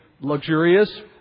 luxurious